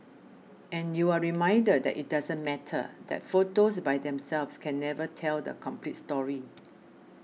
and you are reminded that it doesn't matter that photos by themselves can never tell the complete story